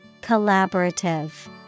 Collaborative